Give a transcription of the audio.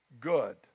good